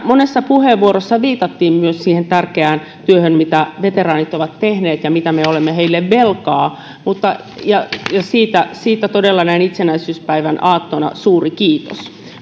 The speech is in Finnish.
monessa puheenvuorossa viitattiin myös siihen tärkeään työhön mitä veteraanit ovat tehneet ja mitä me olemme heille velkaa ja siitä siitä todella näin itsenäisyyspäivän aattona suuri kiitos